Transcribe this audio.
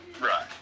Right